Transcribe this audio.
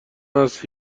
است